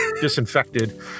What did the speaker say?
disinfected